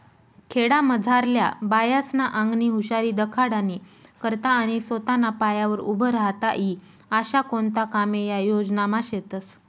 खेडामझारल्या बायास्ना आंगनी हुशारी दखाडानी करता आणि सोताना पायावर उभं राहता ई आशा कोणता कामे या योजनामा शेतस